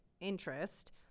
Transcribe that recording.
interest